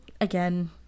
again